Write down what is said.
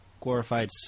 glorified